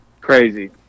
Crazy